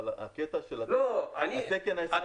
אבל הקטע של התקן הישראלי --- אתה